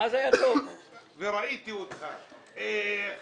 ראיתי אותך, איך